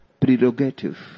prerogative